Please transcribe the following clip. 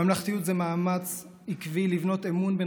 ממלכתיות זה מאמץ עקבי לבנות אמון בין